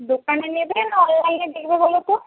দোকানে নেবে না অনলাইনে দেখবে বলো তো